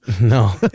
No